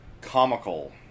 comical